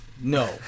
No